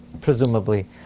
presumably